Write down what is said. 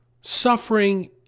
suffering